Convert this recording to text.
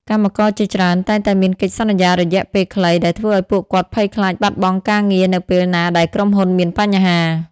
កម្មករជាច្រើនតែងតែមានកិច្ចសន្យារយៈពេលខ្លី ដែលធ្វើឱ្យពួកគាត់ភ័យខ្លាចបាត់បង់ការងារនៅពេលណាដែលក្រុមហ៊ុនមានបញ្ហា។